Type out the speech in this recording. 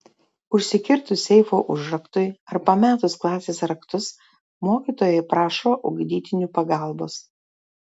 užsikirtus seifo užraktui ar pametus klasės raktus mokytojai prašo ugdytinių pagalbos